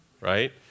right